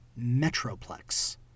Metroplex